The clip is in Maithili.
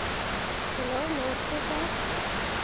हेलो नमस्ते सर